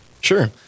Sure